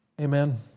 Amen